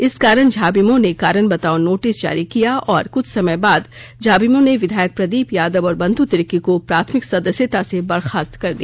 इस कारण झाविमो ने कारण बताओ नोटिस जारी किया और कुछ समय बाद झाविमो ने विधायक प्रदीप यादव और बंधु तिर्की को प्राथमिक सदस्यता से बर्खास्त कर दिया